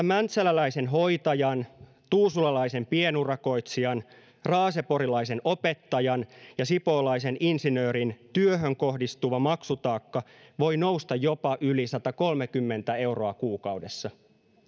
mäntsäläläisen hoitajan tuusulalaisen pienurakoitsijan raaseporilaisen opettajan ja sipoolaisen insinöörin työhön kohdistuva maksutaakka voi nousta jopa yli satakolmekymmentä euroa kuukaudessa